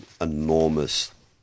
enormous